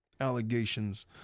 allegations